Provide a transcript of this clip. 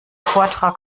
vortrag